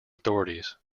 authorities